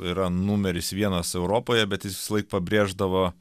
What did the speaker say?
yra numeris vienas europoje bet jis visąlaik pabrėždavo